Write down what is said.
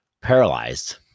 paralyzed